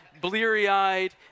bleary-eyed